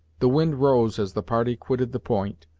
the wind rose as the party quitted the point,